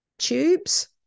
tubes